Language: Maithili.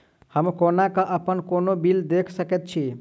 हम कोना कऽ अप्पन कोनो बिल देख सकैत छी?